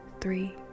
three